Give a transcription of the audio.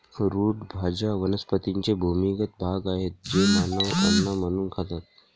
route भाज्या वनस्पतींचे भूमिगत भाग आहेत जे मानव अन्न म्हणून खातात